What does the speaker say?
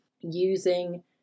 using